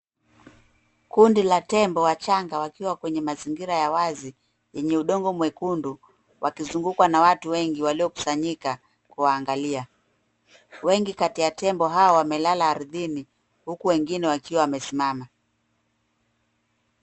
Kundi la tembo wachanga wakiwa kwenye mazingira ya wazi yenye udongo mwekundu wakizugukwa na watu wengi waliokusanyika kuwaangalia. Wengi kati ya tembo hawa wamelala ardhini huku wengine wakiwa wamesimama.